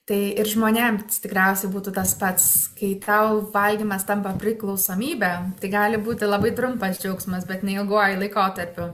tai ir žmonėm tikriausiai būtų tas pats kai tau valgymas tampa priklausomybe tai gali būti labai trumpas džiaugsmas bet ne ilguoju laikotarpiu